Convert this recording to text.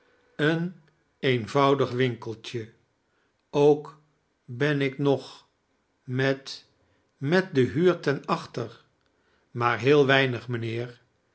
een eenvoudig winkeltje ook ben ik nog met met de hum ten achter maar heel weinig mijnheer